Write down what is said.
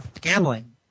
gambling